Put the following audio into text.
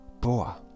Boa